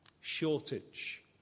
shortage